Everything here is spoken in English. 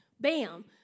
Bam